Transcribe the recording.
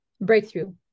breakthrough